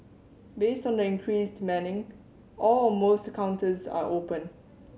based on the increased manning all or most counters are open